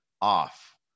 off